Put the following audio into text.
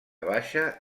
baixa